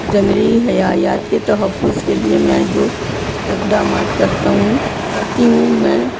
جنگلی حیاتات کے تحفظ کے لیے میں جو اقدامات کرتا ہوں کرتی ہوں میں